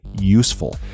useful